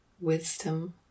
wisdom